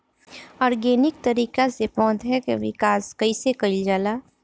Organic तरीका से पौधा क विकास कइसे कईल जाला?